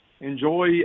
enjoy